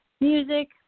music